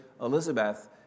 Elizabeth